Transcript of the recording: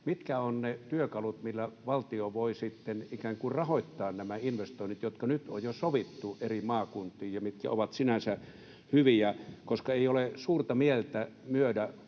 mitkä ovat ne työkalut, millä valtio voi sitten ikään kuin rahoittaa nämä investoinnit, jotka nyt on jo sovittu eri maakuntiin ja jotka ovat sinänsä hyviä? Ei ole suurta mieltä myydä omaisuutta,